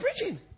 preaching